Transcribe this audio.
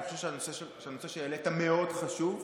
אני חושבת שהנושא שהעלית מאוד חשוב,